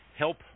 help